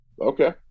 Okay